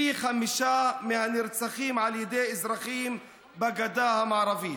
פי חמישה מהנרצחים על ידי אזרחים בגדה המערבית.